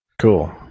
cool